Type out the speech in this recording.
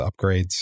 upgrades